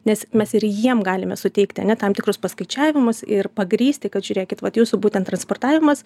nes mes ir jiem galime suteikti ane tam tikrus paskaičiavimus ir pagrįsti kad žiūrėkit vat jūsų būtent transportavimas